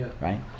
right